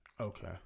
Okay